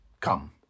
Come